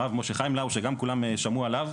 הרב משה חיים לאו שגם כולם שמעו עליו,